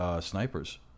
snipers